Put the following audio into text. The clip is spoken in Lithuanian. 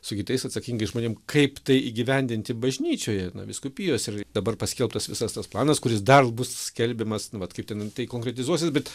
su kitais atsakingais žmonėm kaip tai įgyvendinti bažnyčioje na vyskupijos ir dabar paskelbtas visas tas planas kuris dar bus skelbiamas nu vat kaip ten tai konkretizuosis bet